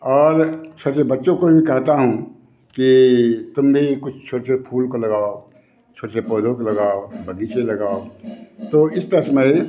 और सबसे बच्चों को भी कहता हूँ कि तुम भी कुछ छोटे छोटे फूल को लगाओ छोटे छोटे पौधों को लगाओ बग़ीचे लगाओ तो इस तरह से मैं यह